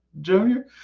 junior